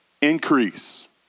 increase